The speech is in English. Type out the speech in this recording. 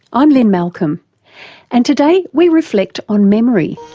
i'm lynne malcolm and today we reflect on memory.